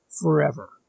forever